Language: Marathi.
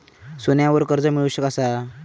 सोन्यावर कर्ज मिळवू कसा?